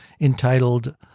entitled